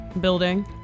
building